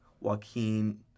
Joaquin